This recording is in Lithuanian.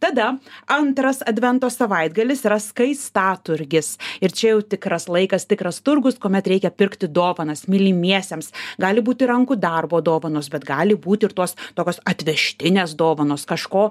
tada antras advento savaitgalis yra skaistaturgis ir čia jau tikras laikas tikras turgus kuomet reikia pirkti dovanas mylimiesiems gali būti rankų darbo dovanos bet gali būti ir tuos tokios atvežtinės dovanos kažko